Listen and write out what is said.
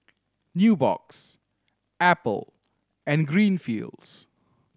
Nubox Apple and Greenfields